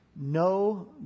no